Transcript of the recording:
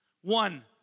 One